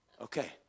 Okay